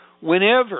whenever